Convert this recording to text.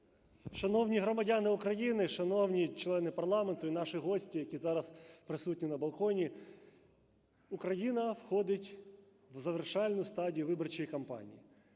Шановні громадяни України, шановні члени парламенту і наші гості, які зараз присутні на балконі, Україна входить в завершальну стадію виборчої кампанії.